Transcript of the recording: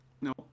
no